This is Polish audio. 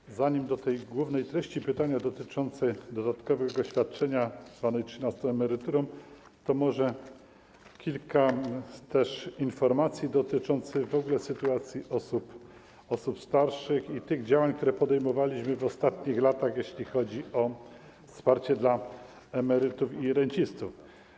Zanim odniosę się do tej głównej treści pytania dotyczącej dodatkowego świadczenia zwanego trzynastą emeryturą, to może podam też kilka informacji dotyczących w ogóle sytuacji osób starszych i tych działań, które podejmowaliśmy w ostatnich latach, jeśli chodzi o wsparcie dla emerytów i rencistów.